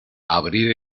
abrir